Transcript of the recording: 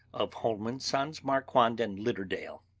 of wholeman, sons, marquand and lidderdale.